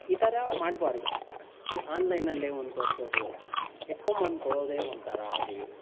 ಈ ಥರ ಮಾಡ್ಬಾರ್ದು ಈ ಆನ್ಲೈನಲ್ಲೇ ಒಂದು ತೋರಿಸೋದು ಎತ್ಕೊಂಬಂದು ಕೊಡೋದೇ ಒಂಥರಾ ಆಗಲಿ